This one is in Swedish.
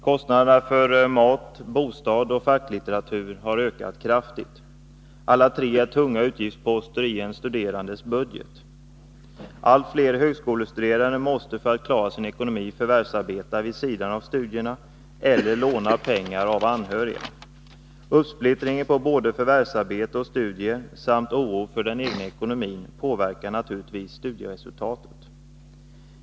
Kostnaderna för mat, bostad och facklitteratur har ökat kraftigt. Alla tre är tunga utgiftsposter i en studerandes budget. Allt fler högskolestuderande måste för att klara sin ekonomi förvärvsarbeta vid sidan av studierna eller låna pengar av anhöriga. Uppsplittringen på både förvärvsarbete och studier samt oro för den egna ekonomin påverkar naturligtvis studieresultatet.